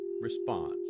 response